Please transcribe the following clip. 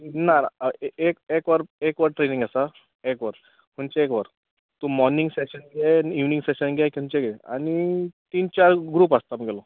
ना ना ए एक एक वर एक वर ट्रेनींग आसा एक वर खुंचेंय एक वर तूं मॉनींग सॅशन घे इवनींग सॅशन घे खुंचें घे आनी तीन चार ग्रूप आसता आमगेलो